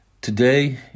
Today